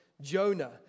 Jonah